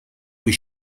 was